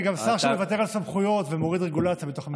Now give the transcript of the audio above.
אני גם שר שמוותר על סמכויות ומוריד רגולציה בתוך המשרד שלו.